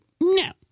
no